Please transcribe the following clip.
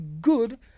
good